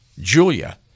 Julia